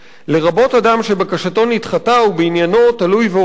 לרבות אדם שבקשתו נדחתה ובעניינו תלוי ועומד